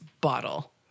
bottle